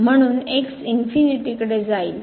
म्हणून इनफीनिटीकडे जाईल